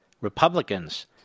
Republicans